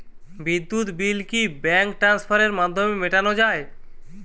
বিদ্যুৎ বিল কি ব্যাঙ্ক ট্রান্সফারের মাধ্যমে মেটানো য়ায়?